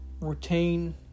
retain